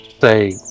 say